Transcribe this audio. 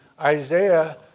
Isaiah